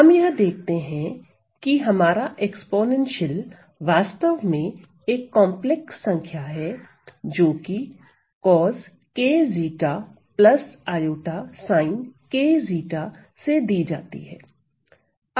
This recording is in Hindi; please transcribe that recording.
हम यह देखते हैं कि हमारा एक्स्पोनेंशियल वास्तव में एक कंपलेक्स संख्या है जोकि coskζ i sinkζ से दी जाती है